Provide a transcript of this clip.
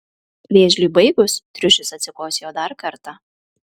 vėžliui baigus triušis atsikosėjo dar kartą